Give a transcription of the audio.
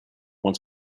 once